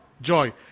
joy